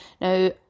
Now